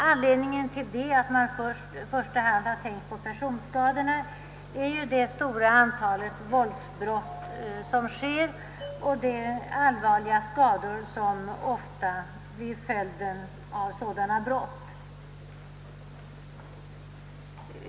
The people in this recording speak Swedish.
Anledningen till att man i första hand har tänkt på personskadorna är det stora antalet våldsbrott och de allvariga skador som ofta blir följden av sådana brott.